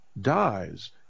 dies